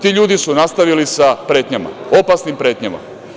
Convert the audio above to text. Ti ljudi su nastavili sa pretnjama, opasnim pretnjama.